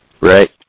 Right